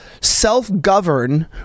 self-govern